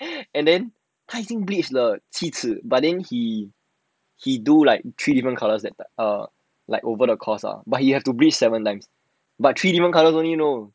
and then 他已经 bleach 了七次 but then he he do like three different colour like err over the course lah but he had to bleach seven times but three different colour only you know